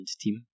team